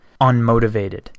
unmotivated